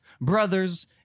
brothers